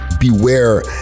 beware